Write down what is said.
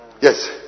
Yes